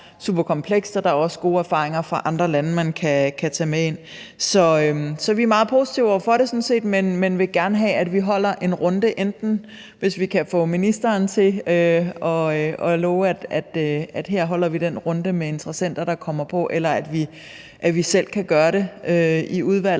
der er også gode erfaringer fra andre lande, man kan tage med ind. Så vi er sådan set meget positive over for det, men vil gerne have, at vi holder en runde. Hvis vi enten kan få ministeren til at love, at her holder vi en runde med interessenter, der kommer på, eller vi selv kan gøre det i udvalget